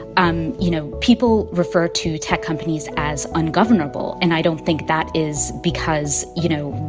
um you know, people refer to tech companies as ungovernable. and i don't think that is because, you know,